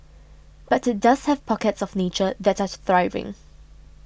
but it does have pockets of nature that are thriving